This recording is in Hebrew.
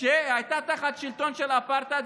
כשהייתה תחת שלטון של האפרטהייד,